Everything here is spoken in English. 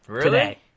today